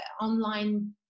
online